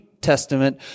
Testament